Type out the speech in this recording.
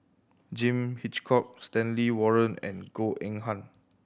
John Hitchcock Stanley Warren and Goh Eng Han